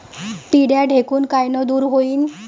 पिढ्या ढेकूण कायनं दूर होईन?